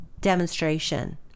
demonstration